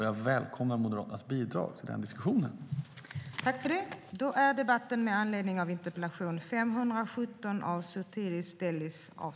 Jag välkomnar Moderaternas bidrag till den diskussionen.